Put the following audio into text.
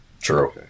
true